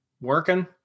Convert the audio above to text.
working